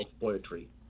poetry